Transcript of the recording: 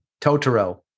Totoro